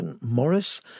Morris